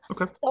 okay